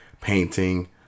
painting